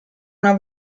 una